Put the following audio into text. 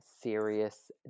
Serious